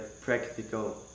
practical